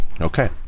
Okay